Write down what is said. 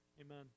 amen